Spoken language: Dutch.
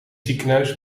ziekenhuis